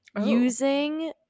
Using